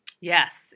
Yes